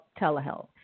telehealth